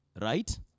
right